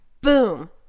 Boom